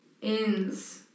Inns